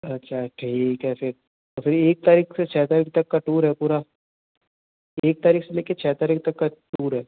अच्छा ठीक है फिर तो फिर एक तारीख से छः तारीख तक का टूर है पूरा एक तारीख से लेके छः तारीख का टूर है